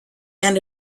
end